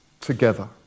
together